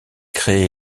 créé